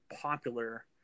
popular –